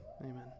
amen